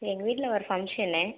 எங்கள் வீட்டில் ஒரு ஃபங்க்ஷனு